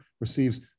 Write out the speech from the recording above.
receives